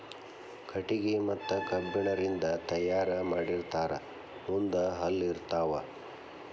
ಕಟಗಿ ಮತ್ತ ಕಬ್ಬಣ ರಿಂದ ತಯಾರ ಮಾಡಿರತಾರ ಮುಂದ ಹಲ್ಲ ಇರತಾವ